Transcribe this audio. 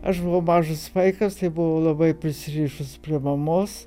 aš buvau mažas vaikas tai buvau labai prisirišus prie mamos